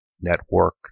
network